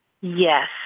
Yes